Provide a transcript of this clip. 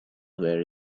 were